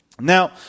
Now